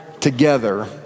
together